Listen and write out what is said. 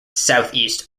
southeast